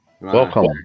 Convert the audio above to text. Welcome